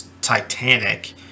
titanic